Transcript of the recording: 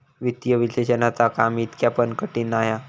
वित्तीय विश्लेषणाचा काम इतका पण कठीण नाय हा